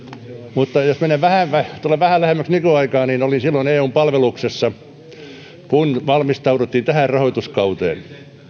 mutta jos tulen vähän lähemmäksi nykyaikaa niin olin silloin eun palveluksessa kun valmistauduttiin tähän rahoituskauteen